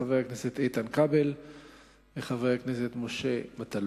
חבר הכנסת איתן כבל וחבר הכנסת משה מטלון.